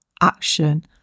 action